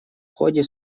ходе